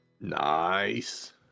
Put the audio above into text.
Nice